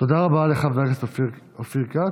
תודה רבה לחבר הכנסת אופיר כץ.